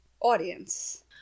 audience